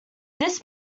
this